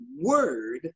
word